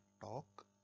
talk